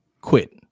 quit